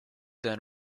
down